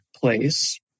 place